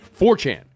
4chan